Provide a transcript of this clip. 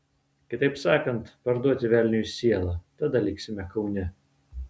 kitaip sakant parduoti velniui sielą tada liksime kaune